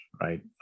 right